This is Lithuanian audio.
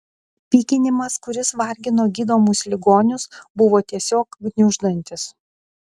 pykinimas kuris vargino gydomus ligonius buvo tiesiog gniuždantis